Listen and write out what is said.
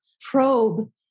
probe